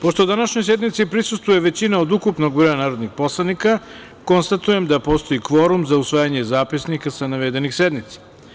Pošto današnjoj sednici prisustvuje većina od ukupnog broja narodnih poslanika, konstatujem da postoji kvorum za usvajanje zapisnika sa navedenih sednica.